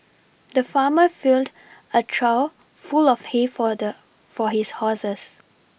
the farmer filled a trough full of hay for the for his horses